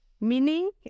Meaning